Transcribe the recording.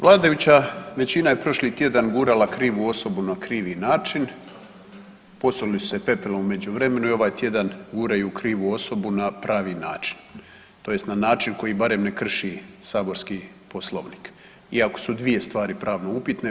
Vladajuća većina je prošli tjedan gurala krivu osobu na krivi način, posuli su se pepelom u međuvremenu i ovaj tjedan guraju krivu osobu na pravi način tj. na način koji barem ne krši saborski Poslovnik iako su dvije stvari pravno upitne.